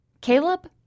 Caleb